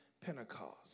Pentecost